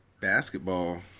basketball